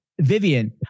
Vivian